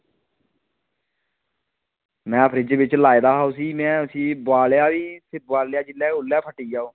में फ्रिज बिच्च लाए दा हा उसी में उसी में बोआलेआ बी ते बोआलेआ जेल्लै औल्लै गै फट्टी गेआ ओह्